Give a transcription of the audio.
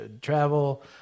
travel